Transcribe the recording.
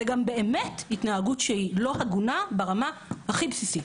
זה גם באמת התנהגות לא הגונה ברמה הכי בסיסית.